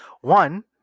One